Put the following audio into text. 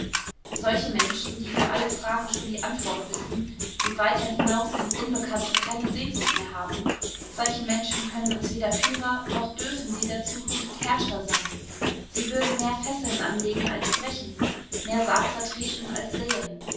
solche menschen die für alle fragen schon die antwort wissen die weiter hinaus ins unbekannte keine sehnsucht mehr haben solche menschen können uns weder führer noch dürfen sie der zukunft herrscher sein sie würden mehr fesseln anlegen als brechen mehr saat zertreten als säen